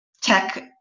tech